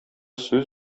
сүз